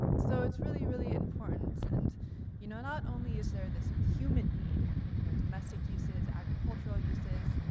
so it's really, really important. and you know, not only is there this human need, you know, domestic uses, agriculture uses,